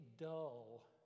dull